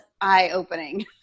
eye-opening